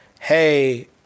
hey